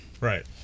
Right